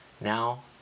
Now